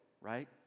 right